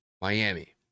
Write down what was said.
Miami